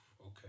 okay